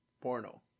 porno